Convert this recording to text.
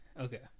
Okay